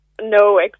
No